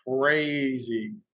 crazy